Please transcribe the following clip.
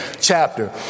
chapter